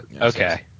okay